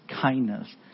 kindness